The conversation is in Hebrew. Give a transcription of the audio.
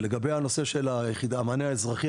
ולגבי הנושא של המענה האזרחי,